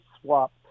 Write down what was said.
swap